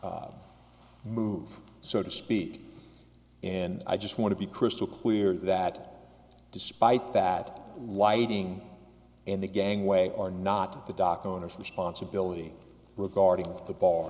move so to speak and i just want to be crystal clear that despite that whiting and the gangway are not the dock owners of the sponsibility regarding the bar